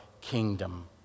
kingdom